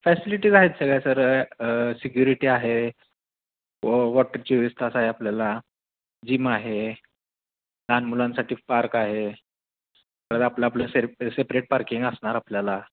facilities आहेत सगळ्या तर सिक्युरिटी आहे व वॉटरची व्यवस्था आहे आपल्याला जिम आहे लहान मुलांसाठी पार्क आहे तर आपलं आपलं से सेपरेट पार्किंग असणार आपल्याला